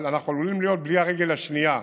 אבל אנחנו עלולים להיות בלי הרגל השנייה,